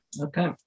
Okay